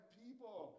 people